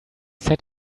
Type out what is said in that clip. said